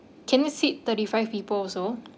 can it sit thirty five people also